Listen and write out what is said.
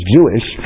Jewish